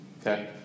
Okay